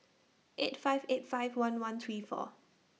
eight five eight five one one three four